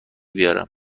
بیارم